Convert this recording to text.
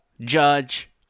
judge